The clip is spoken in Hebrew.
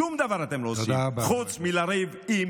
שום דבר אתם לא עושים חוץ מלריב עם